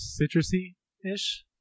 citrusy-ish